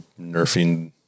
nerfing